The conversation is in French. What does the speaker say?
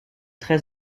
très